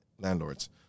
Landlords